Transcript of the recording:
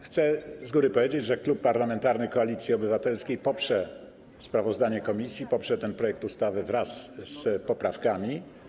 Chcę z góry powiedzieć, że Klub Parlamentarny Koalicja Obywatelska poprze sprawozdanie komisji, poprze ten projekt ustawy wraz z poprawkami.